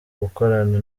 gukorana